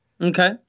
Okay